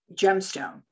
gemstone